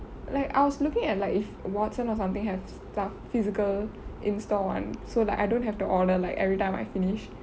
like I was looking at like if Watson or something have stuff physical in store one so like I don't have to order like everytime I finish